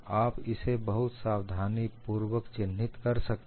आप इसे बहुत सावधानीपूर्वक चिन्हित कर सकते हैं